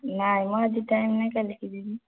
ନାଇଁ ମଁ ଆଜି ଟାଇମ ନାଇଁ କାଲିକି ଯିବି